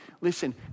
Listen